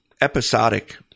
episodic